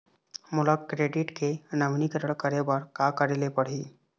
मोला क्रेडिट के नवीनीकरण करे बर का करे ले पड़ही?